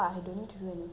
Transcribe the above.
I guess